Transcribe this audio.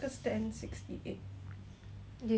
this [one]